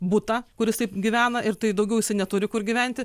butą kur jisai gyvena ir tai daugiau jisai neturi kur gyventi